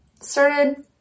started